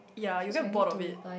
ya you will get bored of it